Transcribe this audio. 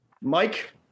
Mike